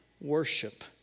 worship